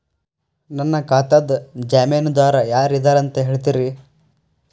ನನ್ನ ಖಾತಾದ್ದ ಜಾಮೇನದಾರು ಯಾರ ಇದಾರಂತ್ ಹೇಳ್ತೇರಿ?